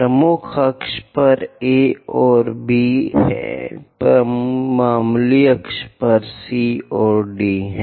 प्रमुख अक्ष पर A और B है मामूली अक्ष पर C और D हैं